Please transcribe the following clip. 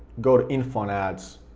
go to info and ads,